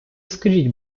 скажіть